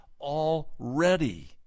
already